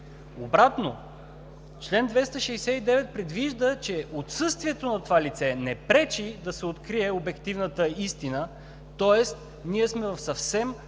Обратно, чл. 269 предвижда, че отсъствието на това лице не пречи да се открие обективната истина, тоест ние сме в съвсем